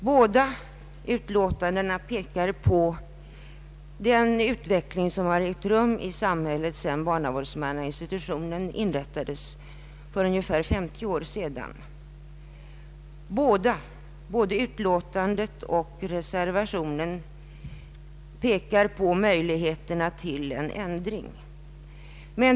Såväl majoritetens utlåtande som reservationen pekar på den utveckling som ägt rum i samhället sedan barnavårdsmannainstitutionen inrättades för ungefär 50 år sedan. Både utlåtandet och reservationen visar på möjligheterna till ändring.